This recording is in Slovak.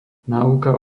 náuka